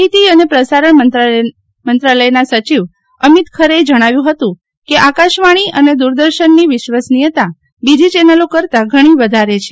માહીતી અને પ્રસારણ મંત્રાલયના સચિવે અમિત ખરેએ જણાવ્યું હતું કે આકાશવાણી અને દૂરદર્શનની વિશ્વસનીયતા બીજી ચેનલો કરતાં ઘણી વધારે છે